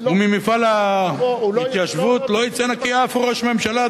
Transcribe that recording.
וממפעל ההתיישבות לא יצא נקי אף ראש ממשלה,